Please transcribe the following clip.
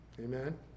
Amen